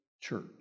church